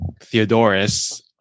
Theodorus